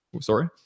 Sorry